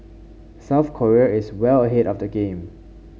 South Korea is well ahead of the game